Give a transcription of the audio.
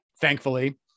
thankfully